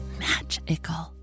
magical